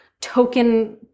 token-